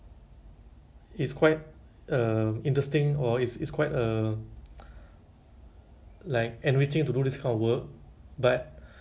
how do they expect you call me at four A_M right and then I can think straight and execute whatever you ask me to do right you know